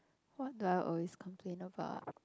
what do I always complain about